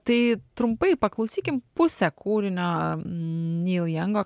tai trumpai paklausykim pusę kūrinio nyl jango